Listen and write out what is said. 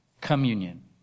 Communion